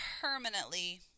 permanently